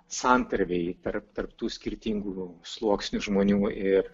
santarvėj tarp tarp tų skirtingų sluoksnių žmonių ir